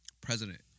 president